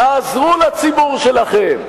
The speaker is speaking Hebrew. תעזרו לציבור שלכם,